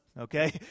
okay